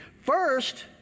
First